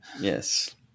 Yes